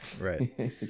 right